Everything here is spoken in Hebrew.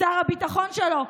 שר הביטחון שלו,